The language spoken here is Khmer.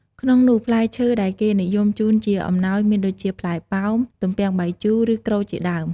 ក្នុងនោះ ផ្លែឈើដែលគេនិយមជូនជាអំណោយមានដូចជា ផ្លែប៉ោម ទំពាំងបាយជូរ ឬ ក្រូចជាដើម។